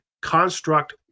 construct